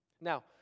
Now